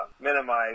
minimize